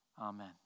Amen